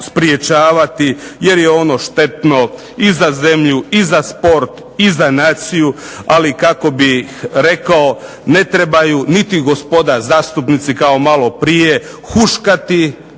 jer je ono štetno i za zemlju i za sport i za naciju, ali kako bih rekao, ne trebaju niti gospoda zastupnici kao malo prije huškati